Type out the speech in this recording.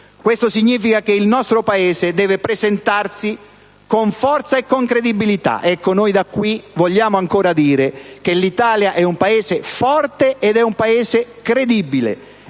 Questo significa che il nostro Paese deve presentarsi con forza e credibilità. Ecco, noi da qui vogliamo ancora dire che l'Italia è un Paese forte e credibile,